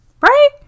right